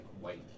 white